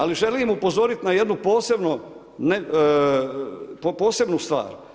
Ali želim upozoriti na jednu posebnu stvar.